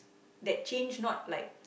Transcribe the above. that change not like